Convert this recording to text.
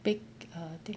bake err